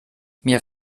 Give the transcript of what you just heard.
mir